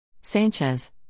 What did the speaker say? Sanchez